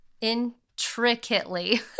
Intricately